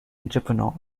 entrepreneur